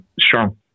strong